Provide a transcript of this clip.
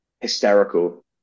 hysterical